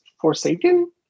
Forsaken